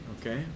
okay